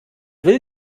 will